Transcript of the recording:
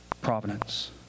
providence